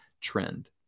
trend